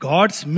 God's